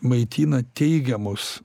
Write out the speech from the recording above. maitina teigiamus